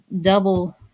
double